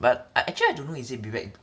but I actually don't know is it biback